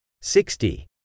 sixty